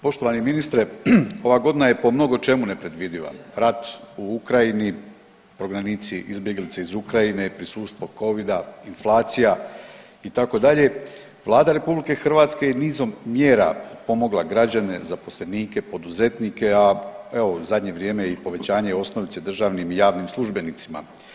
Poštovani ministre, ova godina je po mnogočemu nepredvidljiva, rat u Ukrajini, progranici, izbjeglice iz Ukrajine, prisustvo COVID-a, inflacija itd., vlada RH je nizom mjera pomogla građane, zaposlenike, poduzetnike a evo u zadnje vrijeme i povećanje osnovice državnim i javnim službenicima.